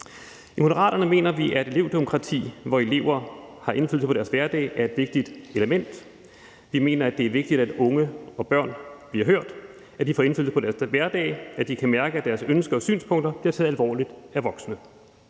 I Moderaterne mener vi, at elevdemokrati, hvor elever har indflydelse på deres hverdag, er et vigtigt element. Vi mener, at det er vigtigt, at unge og børn bliver hørt, at de får indflydelse på deres hverdag, og at de kan mærke, at deres ønsker og synspunkter bliver taget alvorligt af voksne.